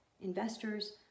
Investors